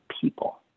people